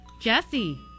Jesse